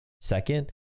second